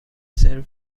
سرو